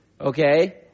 okay